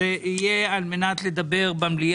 זה בשביל לדבר במליאה.